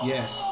Yes